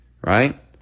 right